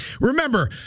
Remember